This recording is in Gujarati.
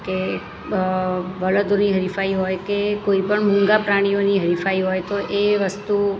કે બળદોની હરીફાઈ હોય કે કોઈ પણ મૂંગા પ્રાણીઓની હરીફાઈ હોય તો એ વસ્તુ